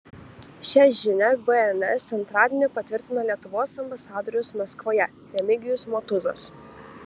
šią žinią bns antradienį patvirtino lietuvos ambasadorius maskvoje remigijus motuzas